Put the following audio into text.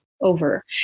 over